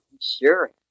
Sure